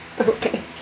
okay